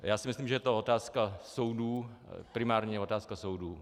Já si myslím, že je to otázka soudů, primárně otázka soudů.